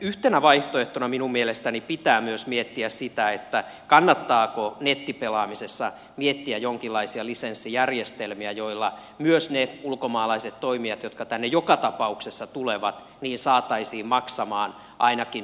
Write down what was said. yhtenä vaihtoehtona minun mielestäni pitää miettiä myös sitä kannattaako nettipelaamisessa miettiä jonkinlaisia lisenssijärjestelmiä joilla myös ne ulkomaalaiset toimijat jotka tänne joka tapauksessa tulevat saataisiin maksamaan ainakin osa